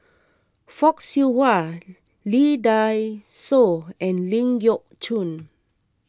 Fock Siew Wah Lee Dai Soh and Ling Geok Choon